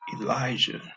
Elijah